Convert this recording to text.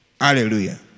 Hallelujah